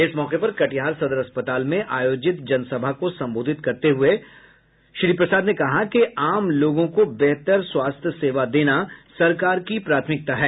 इस मौके पर कटिहार सदर अस्पताल में आयोजित जनसभा को संबोधित करते हुए श्री प्रसाद ने कहा कि आम लोगों को बेहतर स्वास्थ्य सेवा देना सरकार की प्राथमिकता है